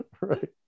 Right